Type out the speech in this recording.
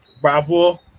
Bravo